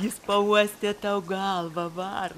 jis pauostė tau galvą varna